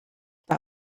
that